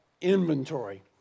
inventory